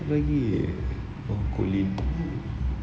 apa lagi oh guilin